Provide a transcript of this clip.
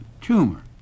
tumor